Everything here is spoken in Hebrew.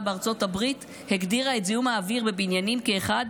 בארצות הברית הגדירה את זיהום האוויר בבניינים כאחד